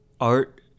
art